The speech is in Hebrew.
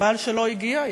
חבל שלא הגיע,